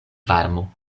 varmo